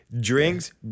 drinks